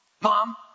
Mom